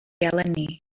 eleni